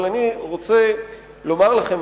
אבל אני רוצה לומר לכם,